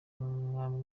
umwami